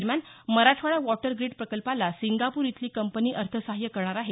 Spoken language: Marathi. दरम्यान मराठवाडा वॉटर ग्रीड प्रकल्पाला सिंगापूर इथली कंपनी अर्थसाहाय्य करणार आहे